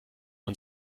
man